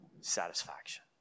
Satisfaction